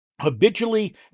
habitually